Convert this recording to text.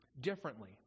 differently